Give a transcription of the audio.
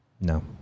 no